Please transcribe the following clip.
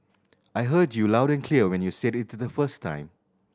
I heard you loud and clear when you said it the first time